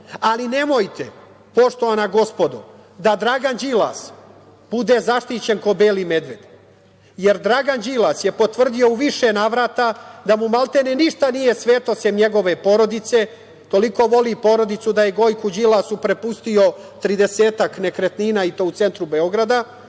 nemojte, poštovana gospodo, da Dragan Đilas bude zaštićen kao beli medved. Jer, Dragan Đilas je potvrdio u više navrata da mu maltene ništa nije sveto sem njegove porodice. Toliko voli porodicu da je Gojku Đilasu prepustio 30-ak nekretnina i to u centru Beogradu. Ja